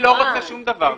אני לא רוצה שום דבר.